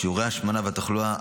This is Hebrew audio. שיעורי ההשמנה והתחלואה,